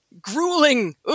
grueling